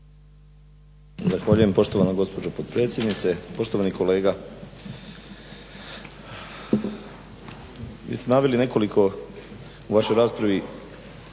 Zahvaljujem poštovana gospođo potpredsjednice. Poštovani kolega vi ste naveli nekoliko u vašoj raspravi